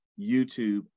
YouTube